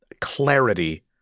clarity